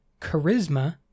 charisma